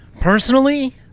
personally